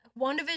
WandaVision